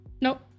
Nope